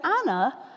Anna